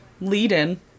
lead-in